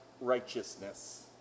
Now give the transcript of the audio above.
righteousness